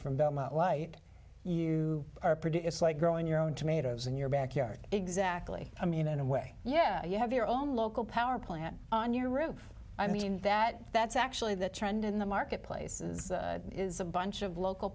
the light you produce like growing your own tomatoes in your backyard exactly i mean in a way yeah you have your own local power plant on your roof i mean that that's actually the trend in the marketplaces is a bunch of local